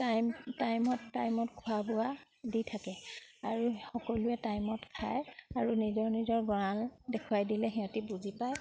time টাইমত টাইমত খোৱা বোৱা দি থাকে আৰু সকলোৱে টাইমত খায় আৰু নিজৰ নিজৰ গড়াল দেখুৱাই দিলে সিহঁতি বুজি পায়